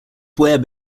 web